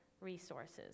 resources